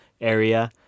area